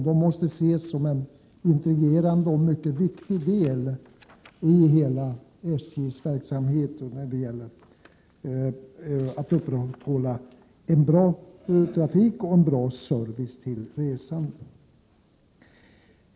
De måste ses som en integrerad och mycket viktig del i SJ:s hela verksamhet när det gäller att upprätthålla en bra trafik och en bra service till resande.